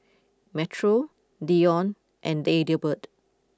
Metro Deion and Adelbert